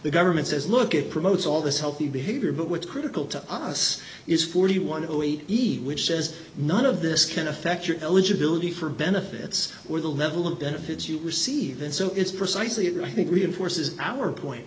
the government says look it promotes all this healthy behavior but what's critical to us is for you want to eat eat which says none of this can affect your eligibility for benefits or the level of benefits you receive and so it's precisely that i think reinforces our point